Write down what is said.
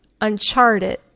Uncharted